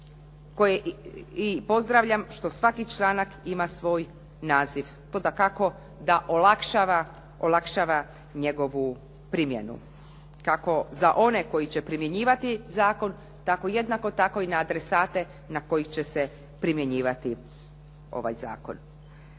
i pozdravljam što svaki članak ima svoj naziv, to dakako da olakšava njegovu primjenu kako za one koji će primjenjivati zakon, tako jednako tako i na adresate na koje će se primjenjivati ovaj zakon.